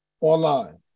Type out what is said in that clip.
online